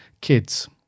kids